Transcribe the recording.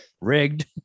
rigged